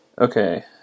Okay